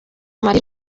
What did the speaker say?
marie